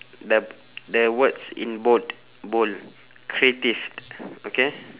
the the words in bold bold creative okay